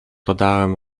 dodałem